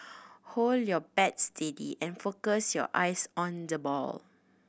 hold your bat steady and focus your eyes on the ball